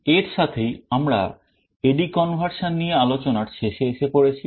এর সাথেই আমরা AD conversion নিয়ে আলোচনার শেষে এসে পড়েছি